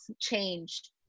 change